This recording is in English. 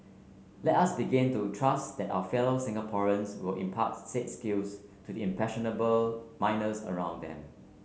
let us begin to trust that our fellow Singaporeans will impart said skills to the impressionable minors around them